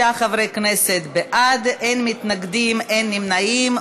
26 חברי כנסת בעד, אין מתנגדים, אין נמנעים.